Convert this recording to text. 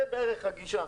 זאת בערך הגישה.